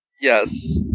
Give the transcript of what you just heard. Yes